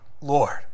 Lord